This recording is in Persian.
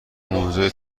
موزه